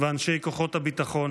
ואנשי כוחות הביטחון,